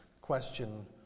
question